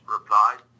replied